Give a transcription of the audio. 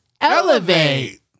Elevate